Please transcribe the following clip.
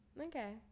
okay